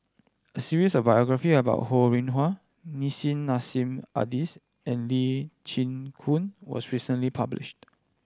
a series of biography about Ho Rih Hwa Nissim Nassim Adis and Lee Chin Koon was recently published